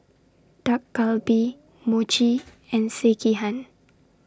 Dak Galbi Mochi and Sekihan